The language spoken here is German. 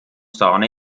sahne